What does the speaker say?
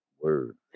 Word